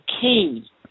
key